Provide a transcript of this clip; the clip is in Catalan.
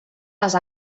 les